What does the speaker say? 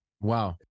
Wow